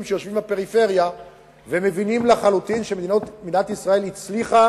שיושבים בפריפריה ומבינים לחלוטין שמדינת ישראל הצליחה